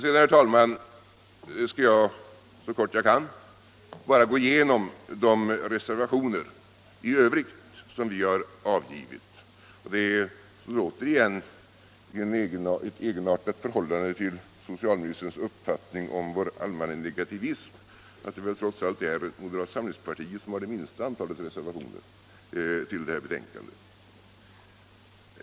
Sedan, herr talman, skall jag så kort jag kan bara gå igenom de reservationer i Övrigt som vi har avgivit. Det är återigen egenartat, med hänsyn till socialministerns uppfattning om vår allmänna negativism, att det trots allt är moderata samlingspartiet som har minsta antalet reservationer till det här betänkandet.